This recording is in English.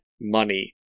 money